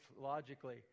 logically